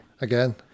Again